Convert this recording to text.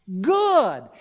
good